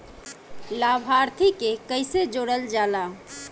लभार्थी के कइसे जोड़ल जाला?